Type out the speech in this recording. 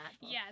yes